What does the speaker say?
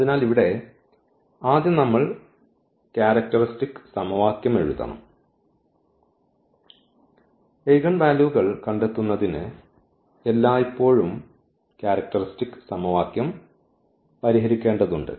അതിനാൽ ഇവിടെ ആദ്യം നമ്മൾ ക്യാരക്ടർസ്റ്റിക്സ് സമവാക്യം എഴുതണം എയ്ഗിൻവാല്യൂകൾ കണ്ടെത്തുന്നതിന് എല്ലായ്പ്പോഴും ക്യാരക്ടർസ്റ്റിക്സ് സമവാക്യം പരിഹരിക്കേണ്ടതുണ്ട്